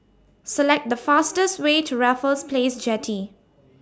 Select The fastest Way to Raffles Place Jetty